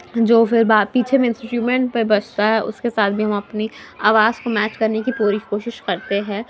جو پھر باقی چھے مین انسرومنٹ پہ بجتا ہے اس کے ساتھ بھی ہم اپنی آواز کو میچ کرنے کی پوری کوشش کرتے ہیں